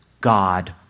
God